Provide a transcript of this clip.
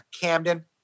Camden